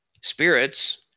spirits